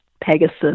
Pegasus